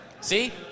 See